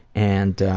and, ah,